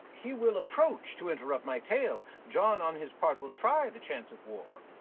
he will approach to interrupt my tale, john on his part will try the chance of war.